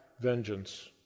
vengeance